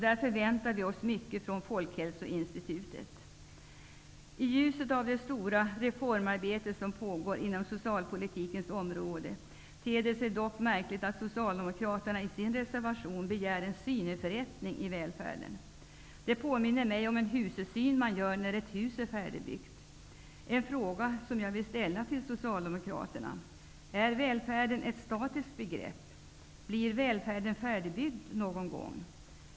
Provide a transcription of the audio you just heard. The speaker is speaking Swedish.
Där förväntar vi mycket från I ljuset av det stora reformarbete som pågår inom socialpolitikens område ter det sig märkligt att Socialdemokraterna i sin reservation begär en syneförrättning i välfärden. Det påminner mig om en husesyn som man gör när ett hus är färdigbyggt, och jag vill fråga Socialdemokraterna: Är välfärden ett statiskt begrepp? Blir välfärden färdigbyggd någon gång?